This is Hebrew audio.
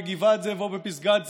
בגבעת זאב או בפסגת זאב,